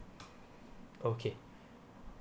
okay